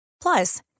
Plus